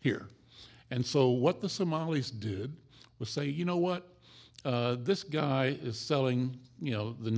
here and so what the somalis did was say you know what this guy is selling you know the